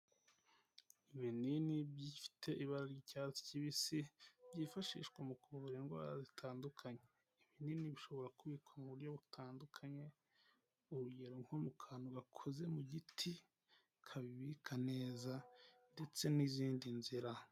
Ibininini bifite ibara ry'icyatsi kibisi byifashishwa mu kuvura indwara zitandukanye, ibinini bishobora kubikwa mu buryo butandukanye, urugero nko mu kantu bakoze mu giti kabika neza ndetse n'izindi nzira.